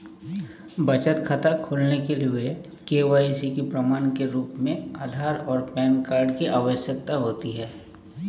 बचत खाता खोलने के लिए के.वाई.सी के प्रमाण के रूप में आधार और पैन कार्ड की आवश्यकता होती है